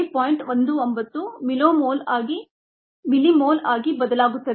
19 millimole ಆಗಿ ಬದಲಾಗುತ್ತದೆ